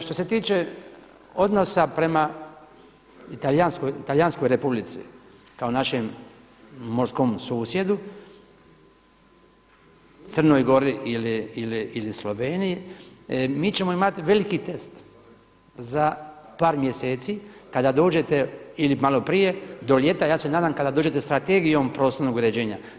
Što se tiče odnosa prema Talijanskoj Republici kao našem morskom susjedu, Crnoj Gori ili Sloveniji mi ćemo imati veliki test za par mjeseci kada dođete ili malo prije do ljeta, ja se nadam kada dođete strategijom prostornog uređenja.